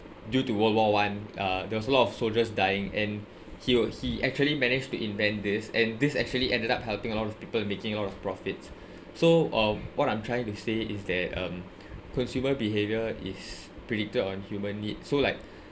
due to world war one uh there was a lot of soldiers dying and he wa~ he actually managed to invent this and this actually ended up helping a lot of people making a lot of profits so uh what I'm trying to say is that um consumer behaviour is predicted on human need so like